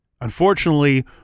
Unfortunately